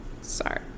Sorry